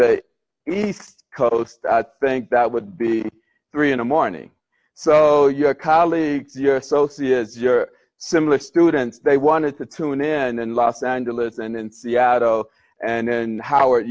the east coast i think that would be three in the morning so your colleagues your sosias your similar students they wanted to tune in and los angeles and seattle and then howard